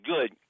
good